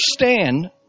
understand